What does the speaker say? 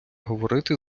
говорити